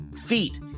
feet